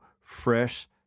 fresh